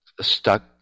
stuck